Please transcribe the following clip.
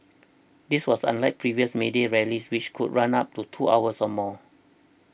this was unlike previous May Day rallies which could run up to two hours or more